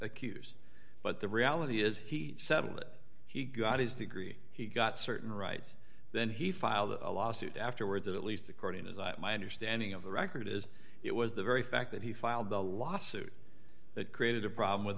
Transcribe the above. accused but the reality is he settled it he got his degree he got certain rights then he filed a lawsuit afterwards at least according to my understanding of the record as it was the very fact that he filed the lawsuit that created a problem with